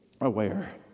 aware